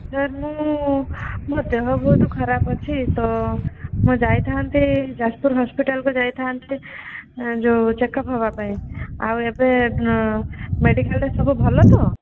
sir ମୁଁ ମୋ ଦେହ ବହୁତ ଖରାପ ଅଛି ତ ମୁଁ ଯାଇଥାନ୍ତି ଯାଜପୁର ହସ୍ପିଟାଲ କୁ ଯାଇଥାନ୍ତି ଯେଉଁ ଚେକ୍ ଅପ ହେବାପାଇଁ ଆଉ ଏବେ ମେଡିକାଲରେ ସବୁ ଭଲ ତ